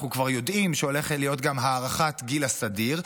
אנחנו כבר יודעים שהולכת להיום גם הארכת גיל הסדיר,